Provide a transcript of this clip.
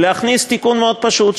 להכניס תיקון מאוד פשוט,